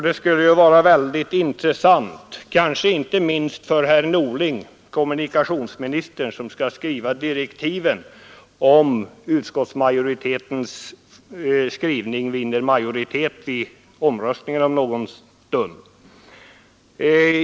Det skulle vara intressant att höra en förklaring, kanske inte minst för herr kommunikationsministern Norling, om utskottsmajoritetens skrivning vinner majoritet vid omröstningen om en liten stund.